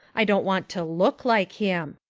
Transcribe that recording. i don't want to look like him.